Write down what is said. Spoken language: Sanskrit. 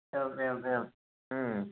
एवम् एवम् एवम्